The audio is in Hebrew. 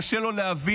קשה לו להבין